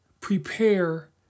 prepare